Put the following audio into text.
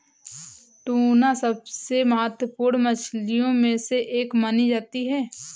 tuna सबसे महत्त्वपूर्ण मछलियों में से एक मानी जाती है